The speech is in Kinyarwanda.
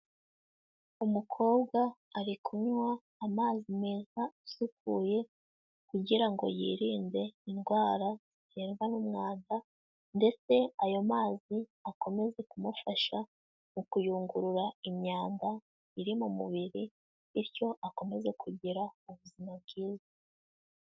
Umukobwa ari kunywa amazi meza asukuye kugira ngo yirinde indwara ziterwa n'umwanda ndetse ayo mazi akomeze kumufasha mu kuyungurura imyanda iri mu mubiri bityo akomeze kugira ubuzima bwiza.